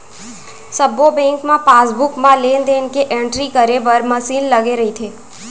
सब्बो बेंक म पासबुक म लेन देन के एंटरी करे बर मसीन लगे रइथे